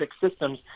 systems